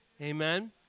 Amen